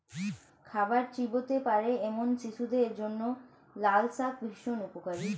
খাবার চিবোতে পারে এমন শিশুদের জন্য লালশাক ভীষণ উপকারী